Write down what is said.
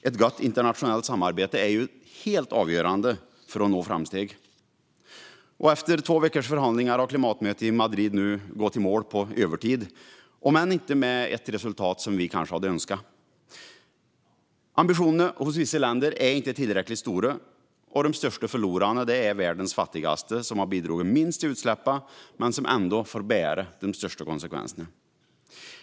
Ett gott internationellt samarbete är ju helt avgörande för att nå framsteg. Efter två veckors förhandlingar har klimatmötet i Madrid nu gått i mål på övertid, om än kanske inte med det resultat som vi hade önskat. Ambitionerna hos vissa länder är inte tillräckligt stora. De största förlorarna är världens fattigaste, som har bidragit minst till utsläppen men ändå får bära de största konsekvenserna.